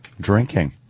drinking